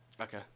Okay